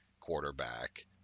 quarterback